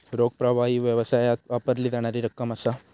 रोख प्रवाह ही व्यवसायात वापरली जाणारी रक्कम असा